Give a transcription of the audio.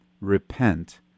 repent